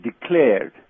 declared